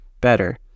better